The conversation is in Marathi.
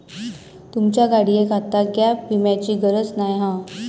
तुमच्या गाडियेक आता गॅप विम्याची गरज नाय हा